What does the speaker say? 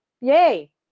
yay